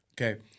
okay